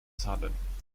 bezahlen